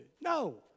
No